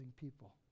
people